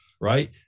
right